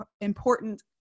important